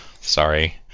sorry